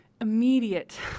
immediate